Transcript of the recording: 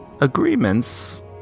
Agreements